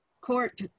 court